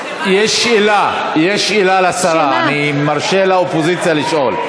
יש שאלה לשרה, אני מרשה לאופוזיציה לשאול.